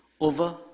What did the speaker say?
Over